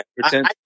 Pretend